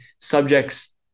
subjects